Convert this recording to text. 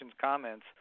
comments